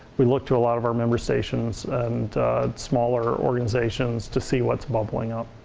we look to a lot of our member stations and smaller organizations to see what's bubbling out